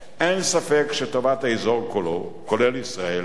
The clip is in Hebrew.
אין ספק שטובת האזור כולו, כולל ישראל, היא